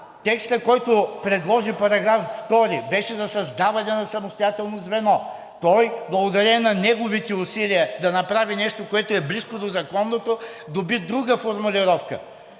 текстът, който предложи –§ 2, беше за създаване на самостоятелно звено. Той благодарение на неговите усилия да направи нещо, което е близко до законното, доби друга формулировка.